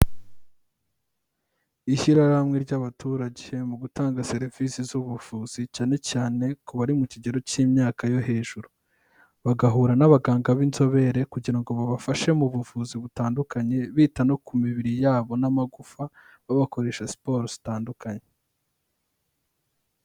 Ishyirahamwe ry'abaturage mu gutanga serivise z'ubuvuzi cyane cyane ku bari mu kigero cy'imyaka yo hejuru, bagahura n'abaganga b'inzobere kugira ngo babafashe mu buvuzi butandukanye bita no ku mibiri yabo n'amagufa babakoresha siporo zitandukanye.